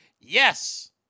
Yes